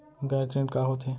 गैर ऋण का होथे?